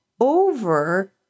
over